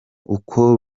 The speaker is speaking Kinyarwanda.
uko